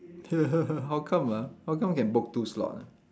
how come ah how come can book two slot ah